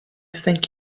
thank